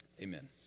Amen